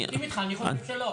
אני מסכים איתך, אני חושב שלא.